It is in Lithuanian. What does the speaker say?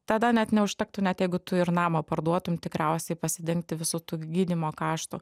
tada net neužtektų net jeigu tu ir namą parduotum tikriausiai pasidengti visų tų gydymo kaštų